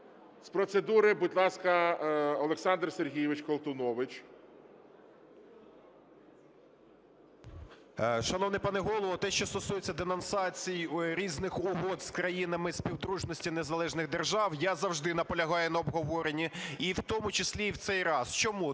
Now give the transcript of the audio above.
З процедури, будь ласка, Олександр Сергійович Колтунович. 14:37:47 КОЛТУНОВИЧ О.С. Шановний пане Голово, те, що стосується денонсації різних угод з країнами Співдружності Незалежних Держав, я завжди наполягаю на обговоренні, і в тому числі і в цей раз. Чому?